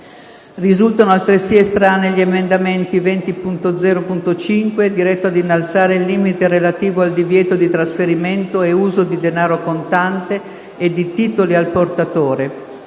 Risultano altresì estranei gli emendamenti 20.0.5, diretto ad innalzare il limite relativo al divieto di trasferimento e uso di denaro contante e di titoli al portatore,